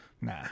Nah